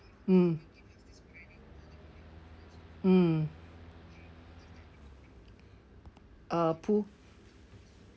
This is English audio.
mm mm uh pool